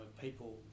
people